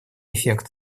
эффект